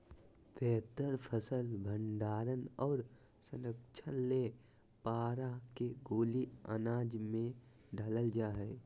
बेहतर फसल भंडारण आर संरक्षण ले पारा के गोली अनाज मे डालल जा हय